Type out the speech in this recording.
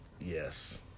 Yes